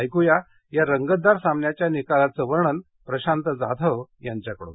ऐकूया या रंगतदार सामन्याच्या निकालाचं वर्णन प्रशांत जाधव यांच्याकडून